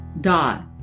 dot